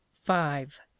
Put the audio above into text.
five